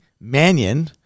Mannion